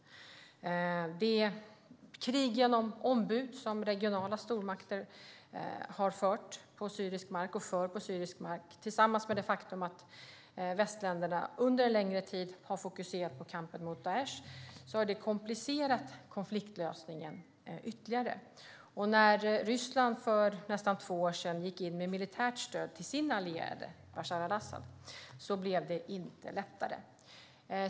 Det krig genom ombud som regionala stormakter har fört och för på syrisk mark, tillsammans med det faktum att västländerna under en längre tid har fokuserat på kampen mot Daish, har komplicerat konfliktlösningen ytterligare. När Ryssland för närmare två år sedan gick in med militärt stöd till sin allierade Bashar al-Asad blev det inte lättare.